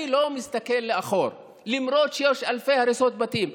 אני לא מסתכל לאחור, למרות שיש אלפי הריסות בתים.